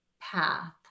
path